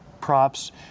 props